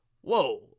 whoa